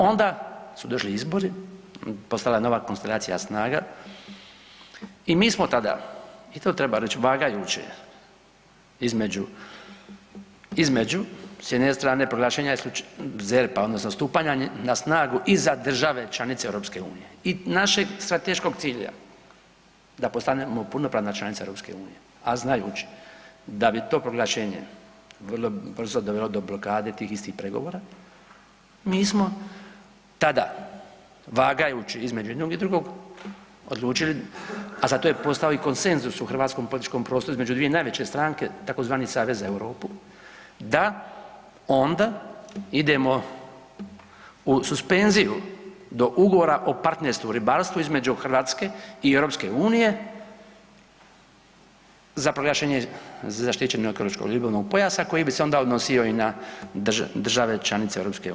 Onda su došli izbori postala je nova konstalacija snaga i mi smo tada i to treba reć, vagajući između s jedne strane proglašenja ZERP-a odnosno stupanja na snagu i za države članice EU i našeg strateškog cilja da postanemo punopravna članica EU, a znajuć da bi to proglašenje vrlo brzo dovelo do blokade tih istih pregovora, mi smo tada vagajući između jednog i drugog odlučili, a za to je postojao i konsenzus u hrvatskom političkom prostoru između dvije najveće stranke, tzv. Savez za Europu da onda idemo u suspenziju do ugovora o partnerstvu u ribarstvu između Hrvatske i EU za proglašenje ZERP-a koji bi se onda odnosio i na države članice EU.